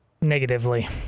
negatively